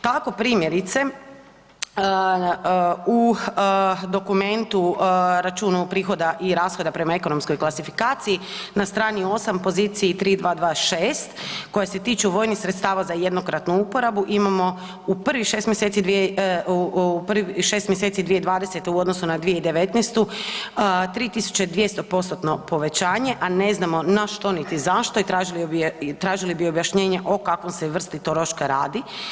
Tako primjerice u dokumentu, računu prihoda i rashoda prema ekonomskoj klasifikaciji na strani 8, poziciji 3226 koja se tiče vojnih sredstava za jednokratnu uporabu, imamo u prvih 6. mjeseci, u prvih 6. mjeseci 2020. u odnosu na 2019., 3200%-tno povećanje, a ne znamo na što, niti za što i tražili bi objašnjenje o kakvoj se vrsti troška radi.